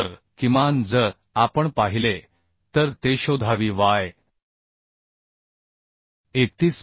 तर किमान जर आपण पाहिले तर ते 31